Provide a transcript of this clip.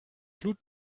flut